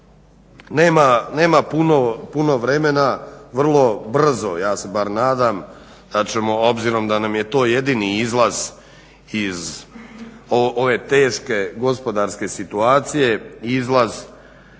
nema puno vremena, vrlo brzo ja se bar nadam da ćemo obzirom da nam je to jedini izlaz iz ove teške gospodarske situacije, izlaz